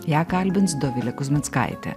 ją kalbins dovilė kuzmickaitė